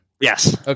Yes